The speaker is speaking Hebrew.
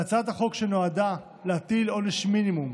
להצעת החוק שנועדה להטיל עונש מינימום